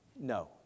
no